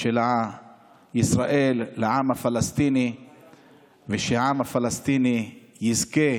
של ישראל על העם הפלסטיני ושהעם הפלסטיני יזכה